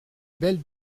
belle